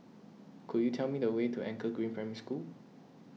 could you tell me the way to Anchor Green Primary School